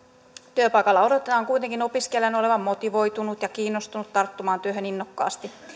työpaikalla odotetaan kuitenkin opiskelijan olevan motivoitunut ja kiinnostunut tarttumaan työhön innokkaasti